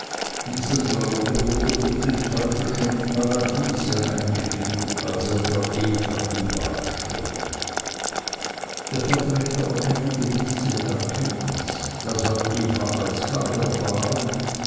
dieser glaube wurde durch den teufel schon im paradiese eingeführt als er der eva den balg strich er verträgt aber keine gewisse erkenntnis das hat eva alsbald erfahren